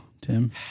Tim